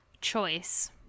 choice